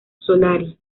solari